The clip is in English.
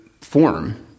form